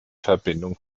verbindung